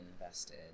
invested